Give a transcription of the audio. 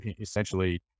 essentially